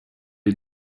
est